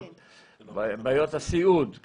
בעיות הסיעוד,